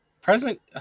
Present –